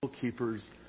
keepers